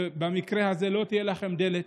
ובמקרה הזה לא תהיה לכם דלת,